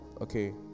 okay